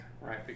right